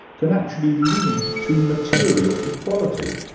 can actually lead to material equality.